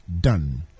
done